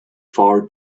far